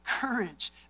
courage